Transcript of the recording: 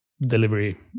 delivery